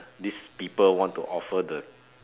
these people want to offer the